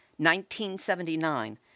1979